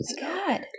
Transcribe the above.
God